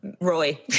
Roy